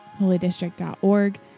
holydistrict.org